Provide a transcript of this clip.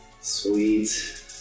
sweet